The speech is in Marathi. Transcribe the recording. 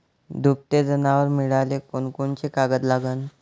दुभते जनावरं मिळाले कोनकोनचे कागद लागन?